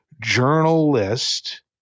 journalist